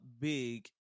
big